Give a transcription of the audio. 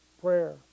Prayer